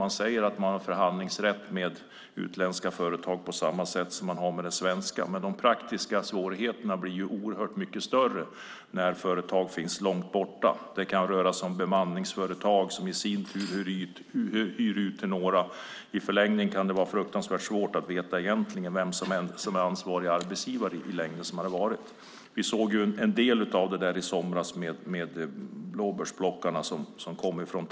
Det sägs att man har förhandlingsrätt med utländska företag på samma sätt som man har med svenska, men de praktiska svårigheterna blir mycket större när företag finns långt borta. Det kan röra sig om bemanningsföretag som i sin tur hyr ut till några. I förlängningen kan det vara svårt att veta vem som är ansvarig arbetsgivare. Vi såg en del av det i somras med blåbärsplockarna från Thailand.